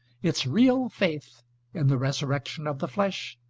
its real faith in the resurrection of the flesh,